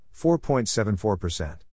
4.74%